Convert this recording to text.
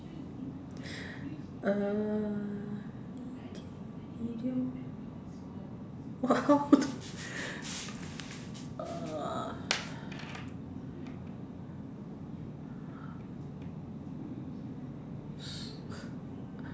err !wah! how to uh